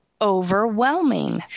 overwhelming